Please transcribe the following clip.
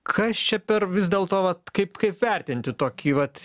kas čia per vis dėl to vat kaip kaip vertinti tokį vat